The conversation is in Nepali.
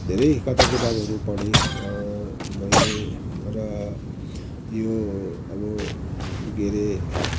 धेरै कथा किताबहरू पढेँ मैले र यो अब के अरे